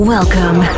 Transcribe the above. Welcome